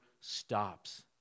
stops